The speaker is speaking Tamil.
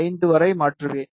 5 வரைமாற்றுவேன்